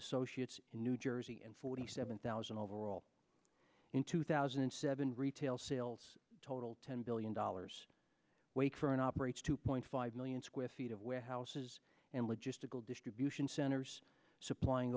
associates in new jersey and forty seven thousand overall in two thousand and seven retail sales totaled ten billion dollars wait for an operates two point five million square feet of warehouses and logistical distribution centers supplying